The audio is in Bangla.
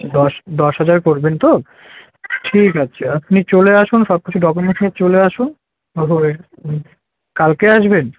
দশ দশ হাজার করবেন তো ঠিক আছে আপনি চলে আসুন সব কিছু ডকুমেন্টস নিয়ে চলে আসুন তারপরে কালকে আসবেন